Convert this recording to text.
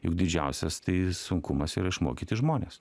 juk didžiausias sunkumas yra išmokyti žmones